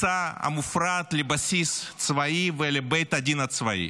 לפריצה המופרעת לבסיס צבאי ולבית הדין הצבאי,